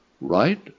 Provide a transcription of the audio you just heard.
right